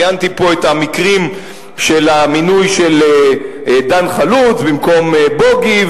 ציינתי פה את המקרים של המינוי של דן חלוץ במקום בוגי,